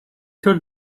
told